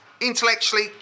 intellectually